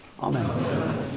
Amen